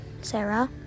Sarah